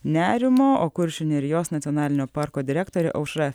nerimo o kuršių nerijos nacionalinio parko direktorė aušra